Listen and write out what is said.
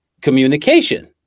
communication